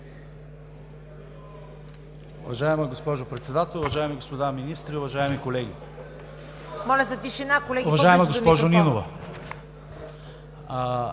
Моля за тишина, колеги!